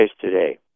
today